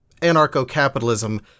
anarcho-capitalism